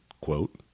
quote